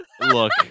Look